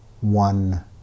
One